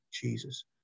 Jesus